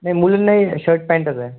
नाही मुलींनाही शर्ट पॅन्टच आहे